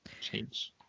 Change